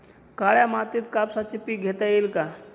काळ्या मातीत कापसाचे पीक घेता येईल का?